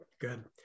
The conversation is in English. Good